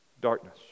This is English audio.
darkness